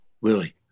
Willie